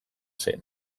zen